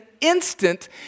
instant